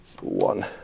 one